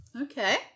Okay